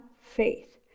faith